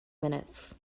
minutes